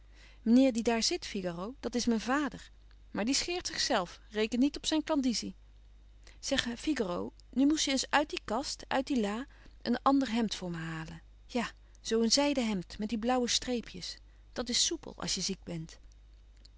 meneer die daar zit figaro dat is mijn vader maar die scheert zichzelf reken niet op zijn klandizie zeg figaro nu moest je eens uit die kast uit die lâ een ander hemd voor me halen ja zoo een zijden hemd met die blauwe streepjes dat is soupel als je ziek bent